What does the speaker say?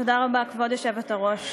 תודה רבה, כבוד היושבת-ראש.